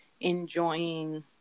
enjoying